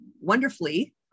wonderfully